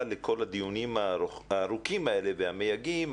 לכל הדיונים הארוכים האלה והמייגעים,